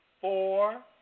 four